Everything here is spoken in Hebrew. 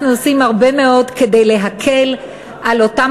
אנחנו עושים הרבה מאוד כדי להקל על אותם